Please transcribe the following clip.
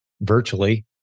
virtually